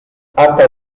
after